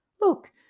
Look